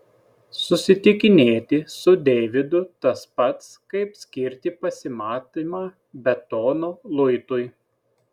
susitikinėti su deividu tas pats kaip skirti pasimatymą betono luitui